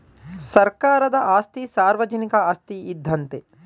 ಸರ್ಕಾರದ ಆಸ್ತಿ ಸಾರ್ವಜನಿಕ ಆಸ್ತಿ ಇದ್ದಂತೆ